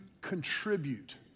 contribute